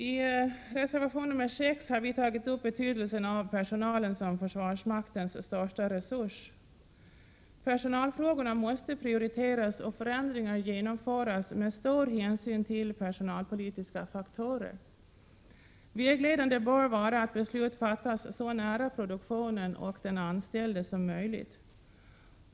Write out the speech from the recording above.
I reservation 6 har vi tagit upp betydelsen av att betrakta personalen som försvarsmaktens största resurs. Personalfrågorna måste prioriteras och förändringar genomföras med stor hänsyn till personalpolitiska faktorer. Vägledande bör vara att beslut fattas så nära produktionen och den anställde som möjligt.